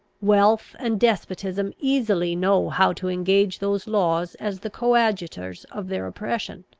wealth and despotism easily know how to engage those laws as the coadjutors of their oppression,